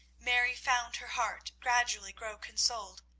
mary found her heart gradually grow consoled.